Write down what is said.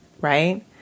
right